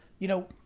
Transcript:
you know,